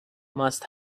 must